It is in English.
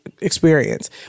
experience